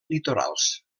litorals